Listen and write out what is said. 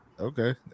Okay